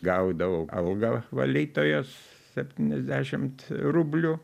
gaudavau algą valytojos septyniasdešimt rublių